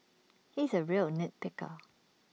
he is A real nit picker